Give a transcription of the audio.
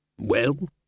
Well